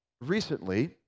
recently